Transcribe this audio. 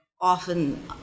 often